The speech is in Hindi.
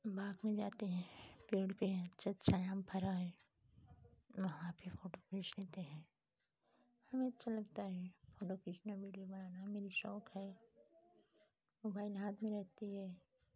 बाग़ में जाते हैं पेड़ के है अच्छा अच्छा है आम फरा है वहाँ भी फोटो खींच लेते हैं हमें अच्छा लगता है फोटो खींचना विडियो बनाना हमें भी शौक़ है मोबाइल हाथ में रहती है